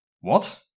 What